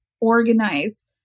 organize